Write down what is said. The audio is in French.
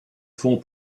font